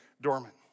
dormant